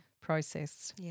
process